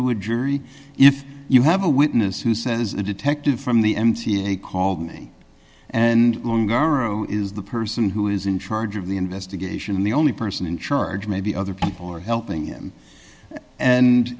to a jury if you have a witness who says a detective from the m t a called me and garro is the person who is in charge of the investigation and the only person in charge maybe other people are helping him and